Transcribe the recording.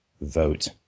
vote